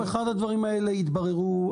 הדברים האלה יתבררו,